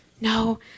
no